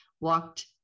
walked